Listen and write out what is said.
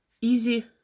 easy